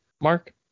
Mark